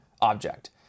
object